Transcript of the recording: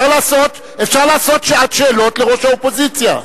אפשר לעשות שעת שאלות לראש האופוזיציה.